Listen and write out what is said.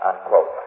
unquote